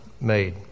made